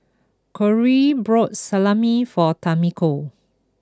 Korey bought Salami for Tamiko